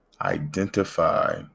identify